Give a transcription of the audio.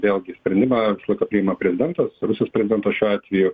vėlgi sprendimą visą laiką priima prezidentas rusijos prezidentas šiuo atveju